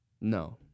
No